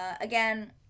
Again